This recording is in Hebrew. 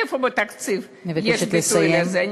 איפה בתקציב יש ביטוי לזה?